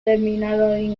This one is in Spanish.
terminaron